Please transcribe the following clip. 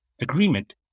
agreement